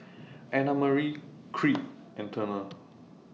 Annamarie Creed and Turner